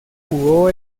jugó